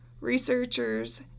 researchers